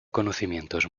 conocimientos